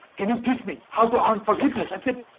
can you teach me how to earn forgiveness? i said,